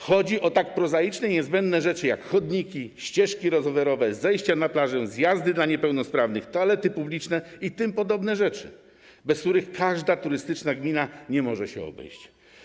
Chodzi o tak prozaiczne i niezbędne rzeczy, jak: chodniki, ścieżki rowerowe, zejścia na plażę, zjazdy dla niepełnosprawnych, toalety publiczne itp., rzeczy, bez których żadna turystyczna gmina nie może się obejść.